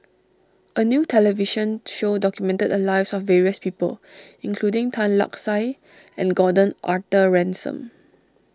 a new television show documented the lives of various people including Tan Lark Sye and Gordon Arthur Ransome